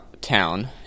town